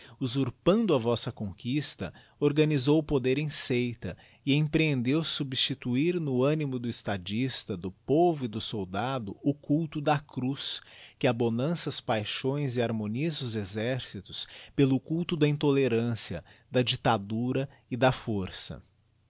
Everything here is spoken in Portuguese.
usurpando a vossa conquista organisou o poder em seita e emprehendeu substituir no animo do estadista do povo e do soldado o culto da cruz que abonança as paixões e harmonisa os exércitos pelo culto da intolerância da dictadura e da força